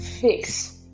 fix